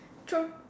true